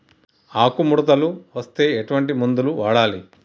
ఆకులు ముడతలు వస్తే ఎటువంటి మందులు వాడాలి?